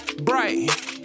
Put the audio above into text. bright